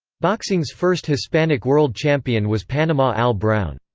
boxing's first hispanic world champion was panama al brown.